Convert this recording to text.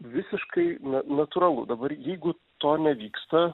visiškai na natūralu dabar jeigu to nevyksta